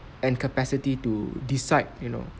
and capacity to decide you know